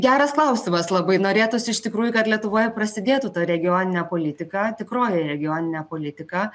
geras klausimas labai norėtųs iš tikrųjų kad lietuvoje prasidėtų ta regioninė politika tikroji regioninė politika